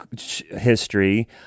history